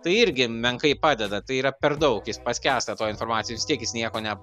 tai irgi menkai padeda tai yra per daug jis paskęsta toj informacijoj vie tiek jis nieko ne